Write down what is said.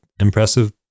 impressive